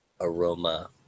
aroma